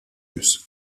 use